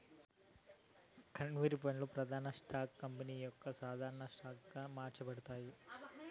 convertible బాండ్లు, ప్రాదాన్య stocks company యొక్క సాధారన స్టాక్ గా మార్చబడతాయి